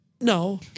no